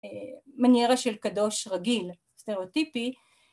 ‫מניארה של קדוש רגיל, סטריאוטיפי.